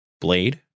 blade